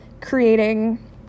creating